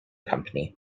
company